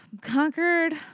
Conquered